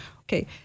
Okay